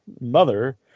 Mother